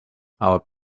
our